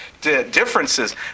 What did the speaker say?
differences